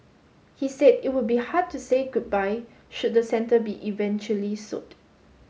he said it would be hard to say goodbye should the centre be eventually sold